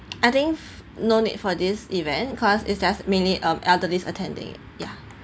I think no need for this event cause it's just mainly mm elderly's attending ya